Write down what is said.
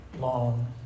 long